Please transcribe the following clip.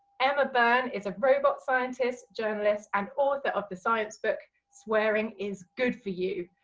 emma byrne is a robot scientist, journalist and author of the science book swearing is good for you,